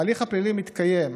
ההליך הפלילי מתקיים.